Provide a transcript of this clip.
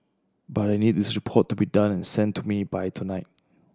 but I need this report to be done and sent to me by tonight